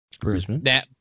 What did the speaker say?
Brisbane